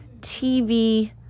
TV